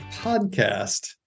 podcast